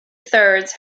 thirds